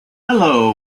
hello